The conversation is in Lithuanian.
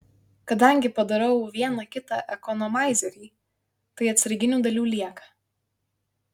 kadangi padarau vieną kitą ekonomaizerį tai atsarginių dalių lieka